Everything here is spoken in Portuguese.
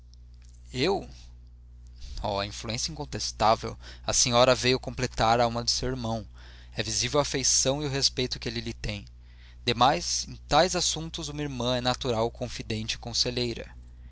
eu oh influência incontestável a senhora veio completar a alma de seu irmão é visível a afeição e o respeito que ele lhe tem demais em tais assuntos uma irmã natural confidente e conselheira